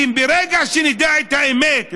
כי ברגע שנדע את האמת,